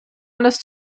alles